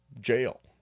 jail